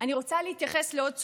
אני רוצה להתייחס לעוד סוגיה,